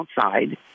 outside